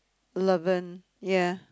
eleven ya